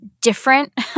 different